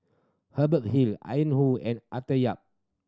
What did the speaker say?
Hubert Hill Ian Woo and Arthur Yap